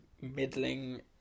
middling